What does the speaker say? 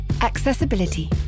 Accessibility